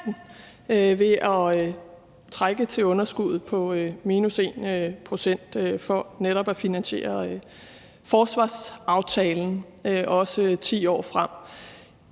ved at sænke underskudsgrænsen til 1 pct. for netop at finansiere forsvarsaftalen 10 år frem.